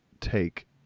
take